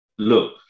look